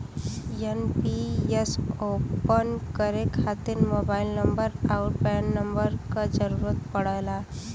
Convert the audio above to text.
NPS open करे खातिर mobile number आउर पैन नंबर क जरुरत पड़ला